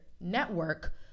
network